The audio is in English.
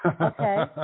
Okay